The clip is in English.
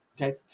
okay